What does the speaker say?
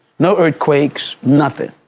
no earthquakes, nothing.